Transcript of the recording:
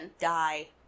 Die